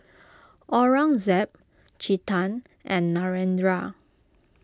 Aurangzeb Chetan and Narendra